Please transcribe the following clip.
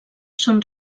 són